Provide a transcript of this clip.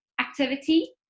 activity